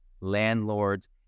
landlords